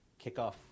kickoff